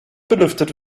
belüftet